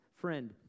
Friend